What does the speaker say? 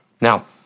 Now